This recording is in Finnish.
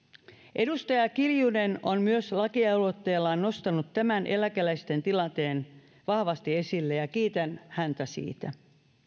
edustaja kiljunen on myös lakialoitteellaan nostanut tämän eläkeläisten tilanteen vahvasti esille ja kiitän häntä siitä